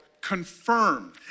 confirmed